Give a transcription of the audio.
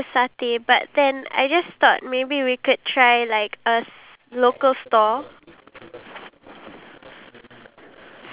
ya but I feel like honestly we really need to look at the price for that one cause I also wanna go back and eat there